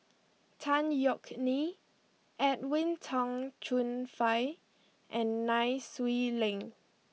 Tan Yeok Nee Edwin Tong Chun Fai and Nai Swee Leng